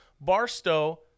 Barstow